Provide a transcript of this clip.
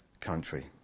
country